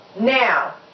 now